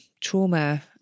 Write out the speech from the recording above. trauma